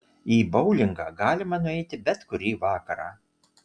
į boulingą galima nueiti bet kurį vakarą